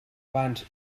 abans